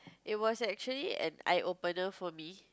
it was actually an eye opener for me